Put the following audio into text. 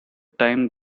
time